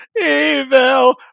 evil